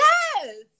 Yes